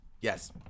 Yes